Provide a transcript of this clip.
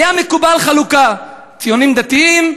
הייתה מקובלת חלוקה: ציונים-דתיים,